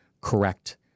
correct